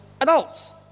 adults